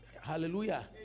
hallelujah